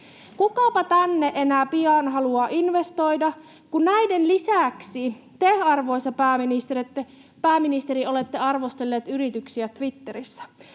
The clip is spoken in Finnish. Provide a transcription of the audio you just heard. Kukapa tänne pian enää haluaa investoida, kun näiden lisäksi te, arvoisa pääministeri, olette arvostellut yrityksiä Twitterissä?